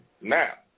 Now